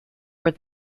were